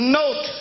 note